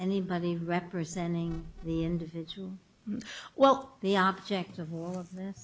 anybody representing the individual well the object of war of this